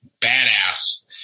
badass